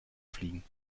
fliegen